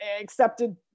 accepted